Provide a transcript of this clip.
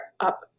up